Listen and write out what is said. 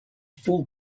fool